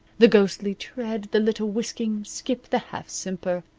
the ghostly tread, the little whisking skip, the half-simper,